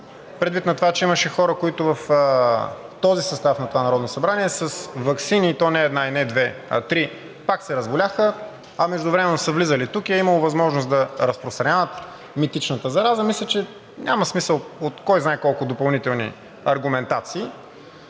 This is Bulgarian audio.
Предвид на това, че имаше хора, които в този състав на това Народно събрание с ваксини, и то не една и не две, а три, пак се разболяха, а междувременно са влизали тук, е имало възможност да разпространяват митичната зараза, мисля, че няма смисъл от кой знае колко допълнителни аргументации.